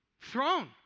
throne